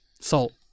salt